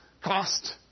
cost